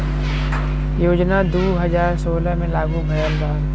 योजना दू हज़ार सोलह मे लागू भयल रहल